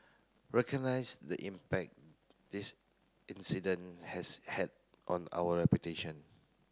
recognise the impact this incident has had on our reputation